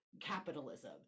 capitalism